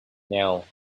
now